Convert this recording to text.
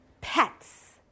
pets